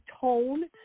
tone